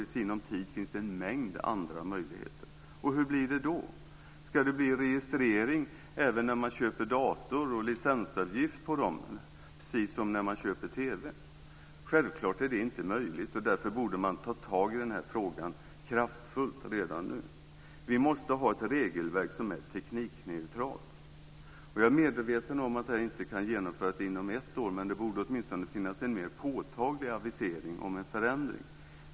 I sinom tid finns det en mängd andra möjligheter. Hur blir det då? Ska det bli en registrering även när man köper en dator och en licensavgift på den, precis som när man köper en TV? Det är självklart inte möjligt. Därför borde man ta tag i den här frågan kraftfullt redan nu. Vi måste ha ett regelverk som är teknikneutralt. Jag är medveten om att det här inte kan genomföras inom ett år, men det borde åtminstone finnas en mer påtaglig avisering om en förändring.